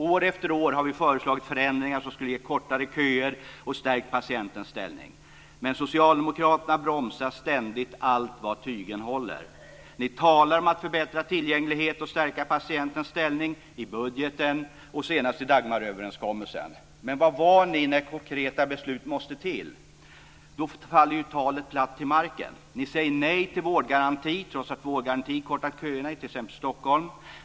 År efter år har vi föreslagit förändringar som skulle ge kortare köer och stärka patientens ställning. Men Socialdemokraterna bromsar ständigt allt vad tygeln håller. Ni talar om att förbättra tillgänglighet och stärka patientens ställning, i budgeten och senast i Dagmaröverenskommelsen. Men var är ni när konkreta beslut måste till? Då faller talet platt till marken. Ni säger nej till vårdgaranti, trots att vårdgaranti kortar köerna i t.ex. Stockholm.